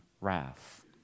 wrath